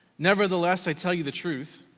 nevertheless, i tell you the truth.